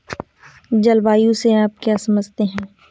जलवायु से आप क्या समझते हैं?